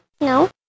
No